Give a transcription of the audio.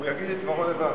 הוא יגיד את דברו לבד.